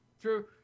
True